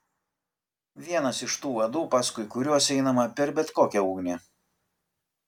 vienas iš tų vadų paskui kuriuos einama per bet kokią ugnį